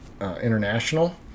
international